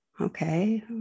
okay